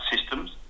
systems